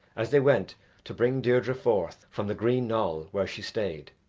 as they went to bring deirdre forth from the green knoll where she stayed.